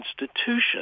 institution